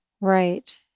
Right